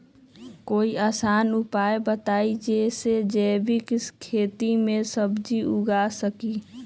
कोई आसान उपाय बताइ जे से जैविक खेती में सब्जी उगा सकीं?